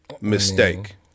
mistake